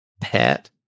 pet